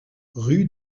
rue